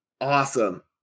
awesome